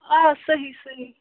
آ صحیح صحیح